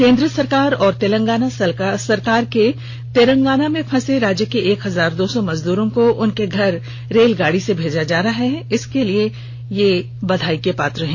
केन्द्र सरकार और तेलंगाना सरकार के तेलंगाना में फंसे राज्य के एक हजार दो सौ मजदूरों को उनके घर रेलगाड़ी से भेज रही है इसकेलिए वे बधाई के पात्र हैं